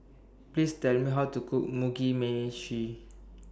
Please Tell Me How to Cook Mugi Meshi